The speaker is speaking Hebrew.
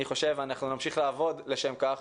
אני חושב ואנחנו נמשיך לעבוד לשם כך,